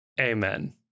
Amen